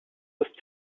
ist